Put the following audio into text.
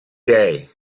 day